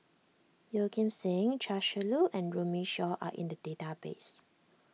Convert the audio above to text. Yeoh Ghim Seng Chia Shi Lu and Runme Shaw are in the database